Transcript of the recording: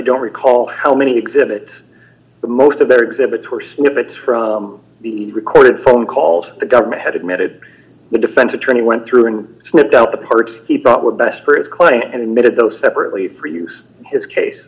don't recall how many exhibit most of their exhibits were snippets from the recorded phone calls the government had admitted the defense attorney went through and smoothed out the parts he thought were best for his client and admitted those separately for use his case